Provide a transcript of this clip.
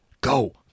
Go